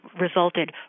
resulted